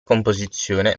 composizione